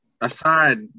aside